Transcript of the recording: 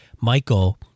Michael